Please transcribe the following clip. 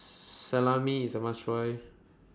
Salami IS A must Try